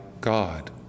God